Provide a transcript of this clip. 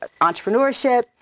entrepreneurship